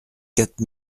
quatre